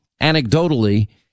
anecdotally